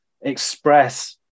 express